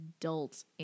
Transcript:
adult